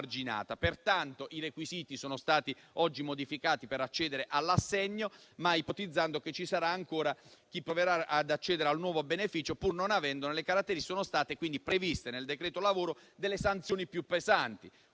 Pertanto, i requisiti sono stati oggi modificati per accedere all'assegno, ma ipotizzando che ci sarà ancora chi proverà ad accedere al nuovo beneficio pur non avendone le caratteristiche. Sono state quindi previste, nel decreto lavoro, delle sanzioni più pesanti,